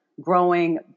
growing